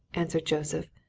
answered joseph.